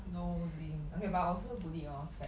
no link okay but I was also bullied when I was fat